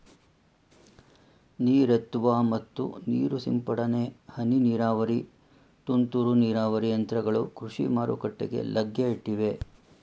ನೀರೆತ್ತುವ ಮತ್ತು ನೀರು ಸಿಂಪಡನೆ, ಹನಿ ನೀರಾವರಿ, ತುಂತುರು ನೀರಾವರಿ ಯಂತ್ರಗಳು ಕೃಷಿ ಮಾರುಕಟ್ಟೆಗೆ ಲಗ್ಗೆ ಇಟ್ಟಿವೆ